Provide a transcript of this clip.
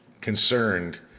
concerned